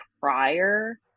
prior